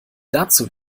dazu